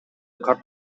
кар